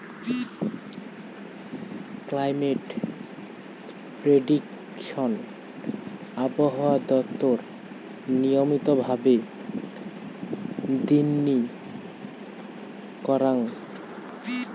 climate prediction আবহাওয়া দপ্তর নিয়মিত ভাবে দিননি করং